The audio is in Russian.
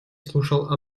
слушал